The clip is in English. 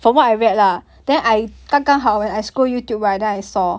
from what I read lah then I have 刚好 when I scroll youtube right then I saw